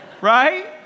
Right